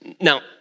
Now